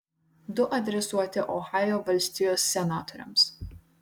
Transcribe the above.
du adresuoti ohajo valstijos senatoriams